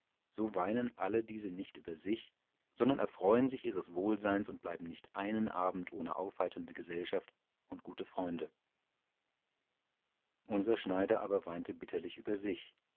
so weinen alle diese nicht über sich sondern erfreuen sich ihres wohlseins und bleiben nicht einen abend ohne aufheiternde gesellschaft und gute freunde unser schneider aber weinte bitterlich über sich